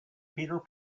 peter